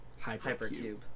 Hypercube